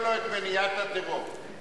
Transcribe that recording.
מעלה על נס את הדמוקרטיה הישראלית.